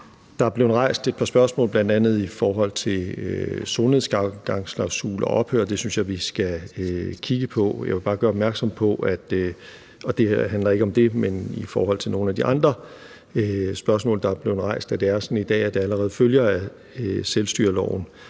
Der er blevet rejst et par spørgsmål, bl.a. i forhold til solnedgangsklausul og ophør – det synes jeg vi skal kigge på. Jeg vil bare gøre opmærksom på – og det her handler ikke om det, men det er i forhold til nogle af de andre spørgsmål, der er blevet rejst – at det er sådan i dag, at det allerede følger af selvstyreloven,